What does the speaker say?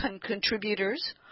contributors